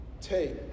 Take